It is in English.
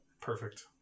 Perfect